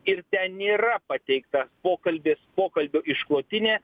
ir ten nėra pateikta pokalbis pokalbio išklotinė